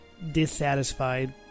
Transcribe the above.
dissatisfied